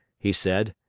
he said.